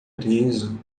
preso